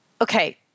okay